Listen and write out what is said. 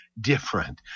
different